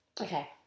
Okay